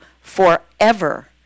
forever